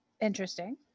interesting